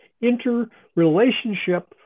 interrelationship